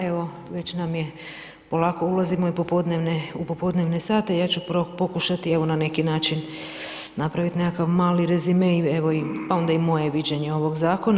Evo, već nam je, polako ulazimo i u popodnevne sate, ja ću prvo pokušati evo, na neki način napraviti nekakav mali rezime pa onda i moje viđenje ovog zakona.